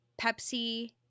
pepsi